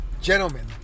gentlemen